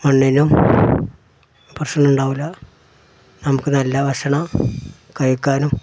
മണ്ണിനും പ്രശ്നം ഉണ്ടാവില്ല നമുക്ക് നല്ല ഭക്ഷണം കഴിക്കാനും പറ്റും